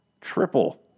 triple